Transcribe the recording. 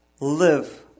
live